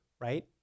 right